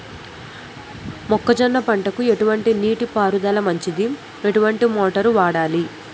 మొక్కజొన్న పంటకు ఎటువంటి నీటి పారుదల మంచిది? ఎటువంటి మోటార్ వాడాలి?